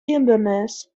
inverness